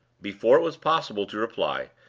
before it was possible to reply,